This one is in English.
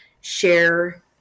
share